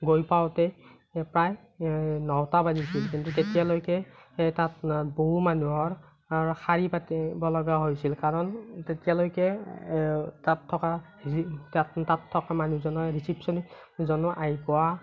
গৈ পাওঁতে প্ৰায় নটা বাজিছিল তেতিয়ালৈকে তাত বহু মানুহৰ শাৰী পাতিব লগা হৈছিল কাৰণ তেতিয়ালৈকে তাত থকা তাত থকা মানুহজনে ৰিচিপশ্যনিষ্টজনো আহি পোৱা